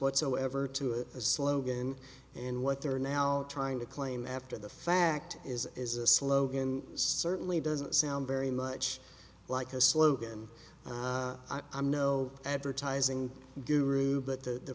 whatsoever to a slogan and what they're now trying to claim after the fact is is a slogan certainly doesn't sound very much like a slogan i'm no advertising guru but the